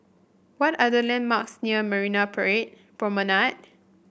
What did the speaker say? what are the landmarks near Marina pray Promenade